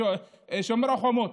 שומר החומות.